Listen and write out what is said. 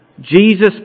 Jesus